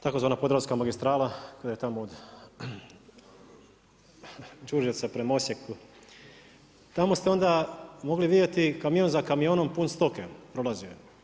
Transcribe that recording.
Tzv. podravska magistrala, koja je tamo od Đurđevca prema Osijeku, tamo ste onda mogli vidjeti, kamion, za kamionom pun stoke, prolazio je.